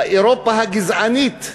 אירופה הגזענית,